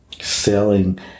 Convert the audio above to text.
selling